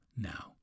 now